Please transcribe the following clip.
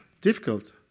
difficult